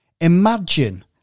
Imagine